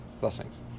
blessings